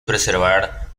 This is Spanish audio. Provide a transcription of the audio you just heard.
preservar